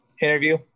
interview